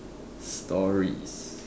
stories